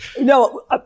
No